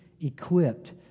equipped